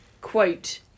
quote